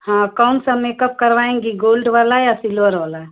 हाँ कौनसा मेकअप करवाएंगी गोल्ड वाला या सिल्वर वाला